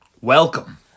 welcome